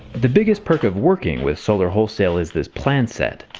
the biggest perk of working with solar wholesale is this plan set.